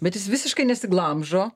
bet jis visiškai nesiglamžo